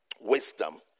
wisdom